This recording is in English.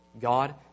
God